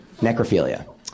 necrophilia